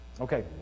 Okay